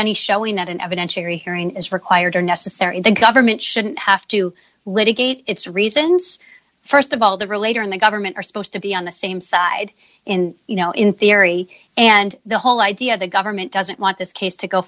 any showing that an evidentiary hearing is required or necessary in the government shouldn't have to litigate its reasons st of all the relator in the government are supposed to be on the same side in you know in theory and the whole idea of the government doesn't want this case to go